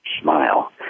smile